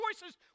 voices